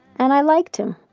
and i liked him,